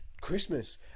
Christmas